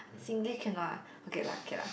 Singlish can not ah okay lah okay lah